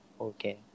Okay